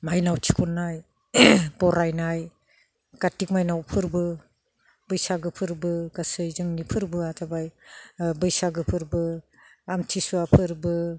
माइनाव थिखननाय बरायनाय काति माइनाव फोरबो बैसागो फोरबो गासै जोंनि फोरबोआ जाबाय बैसागो फोरबो आमथिसुवा फोरबो